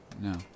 No